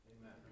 Amen